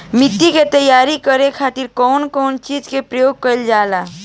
माटी के तैयार करे खातिर कउन कउन चीज के प्रयोग कइल जाला?